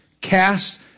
cast